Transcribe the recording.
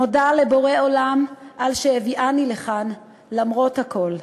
מודה לבורא עולם על שהביאני לכאן למרות הכול.